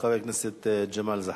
חבר הכנסת ג'מאל זחאלקה.